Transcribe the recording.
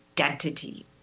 identity